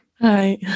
Hi